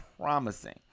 promising